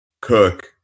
cook